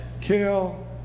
kill